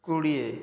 କୋଡ଼ିଏ